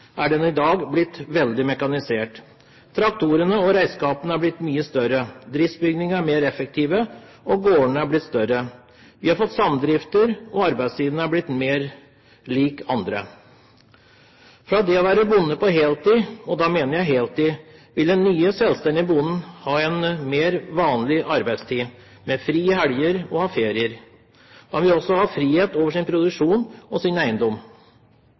er den i dag blitt veldig mekanisert. Traktorene og redskapene er blitt mye større. Driftsbygningene er mer effektive, og gårdene er blitt større. Vi har fått samdrifter, og arbeidstiden er blitt mer lik andres. Fra det å være bonde på heltid – og da mener jeg heltid – vil den nye, selvstendige bonden ha en mer vanlig arbeidstid, med fri i helger og ferier. Han vil også ha frihet over sin produksjon og sin eiendom.